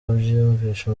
kubyiyumvisha